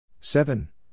Seven